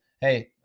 Hey